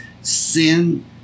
sin